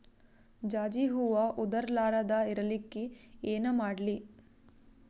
ಜಾಜಿ ಹೂವ ಉದರ್ ಲಾರದ ಇರಲಿಕ್ಕಿ ಏನ ಮಾಡ್ಲಿ?